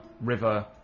river